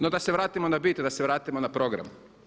No da se vratimo na bit, da se vratimo na program.